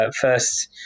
first